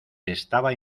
estaba